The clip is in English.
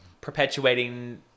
perpetuating